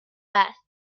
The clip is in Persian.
است